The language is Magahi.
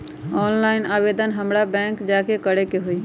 ऑनलाइन आवेदन हमरा बैंक जाके करे के होई?